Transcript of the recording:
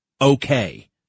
okay